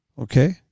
Okay